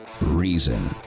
reason